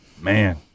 Man